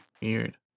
Weird